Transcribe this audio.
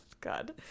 God